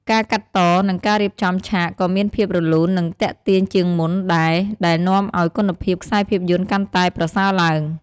ការកាត់ត និងការរៀបចំឆាក ក៏មានភាព រលូន និងទាក់ទាញជាងមុន ដែរ ដែលនាំឲ្យគុណភាពខ្សែភាពយន្តកាន់តែប្រសើរឡើង។